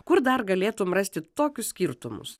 kur dar galėtum rasti tokius skirtumus